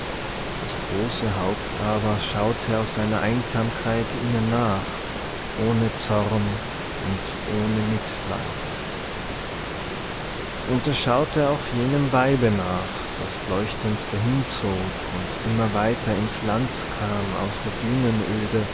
das große haupt aber schaute aus seiner einsamkeit ihnen nach ohne zorn und ohne mitleid und es schaute auch jenem weibe nach das leuchtend dahinzog und immer weiter ins land kam aus der